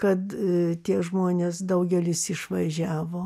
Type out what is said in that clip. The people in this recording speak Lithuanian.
kad tie žmonės daugelis išvažiavo